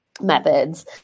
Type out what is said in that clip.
methods